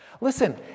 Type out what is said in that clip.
Listen